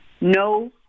no